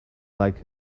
like